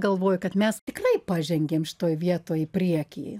galvoju kad mes tikrai pažengėm šitoj vietoj į priekį